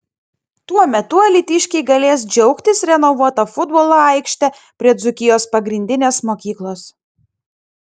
tuo metu alytiškiai galės džiaugtis renovuota futbolo aikšte prie dzūkijos pagrindinės mokyklos